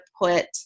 put